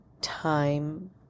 time